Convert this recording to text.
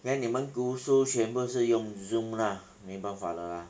then 你们读书全部都是用 zoom 啦没办法了啦